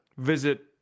Visit